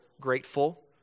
grateful